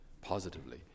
positively